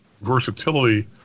versatility